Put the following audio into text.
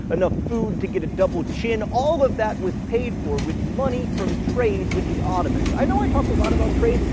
enough food to get a double chin, all of that was paid for with money from trade with the ottomans. i know i talk a lot about trade,